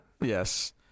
Yes